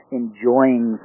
enjoying